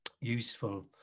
useful